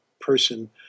person